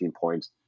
points